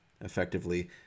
effectively